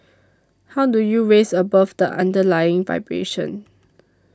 how do you rise above the underlying vibration